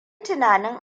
tunanin